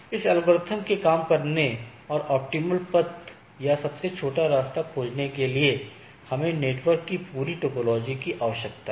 इस एल्गोरिथ्म के लिए काम करने और इष्टतम पथ या सबसे छोटा रास्ता खोजने के लिए हमें नेटवर्क की पूरी टोपोलॉजी की आवश्यकता है